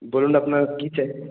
বলুন আপনার কি চাই